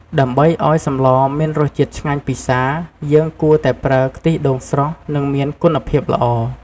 ដើម្បីឱ្យសម្លមានរសជាតិឆ្ងាញ់ពិសា យើងគួរតែប្រើ ខ្ទិះដូងស្រស់ និងមានគុណភាពល្អ។